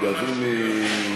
גברתי היושבת-ראש,